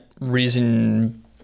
reason